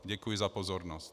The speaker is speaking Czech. Děkuji za pozornost.